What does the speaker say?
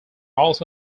also